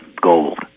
gold